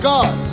God